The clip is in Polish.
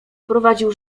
prowadził